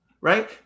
Right